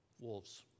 wolves